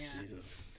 Jesus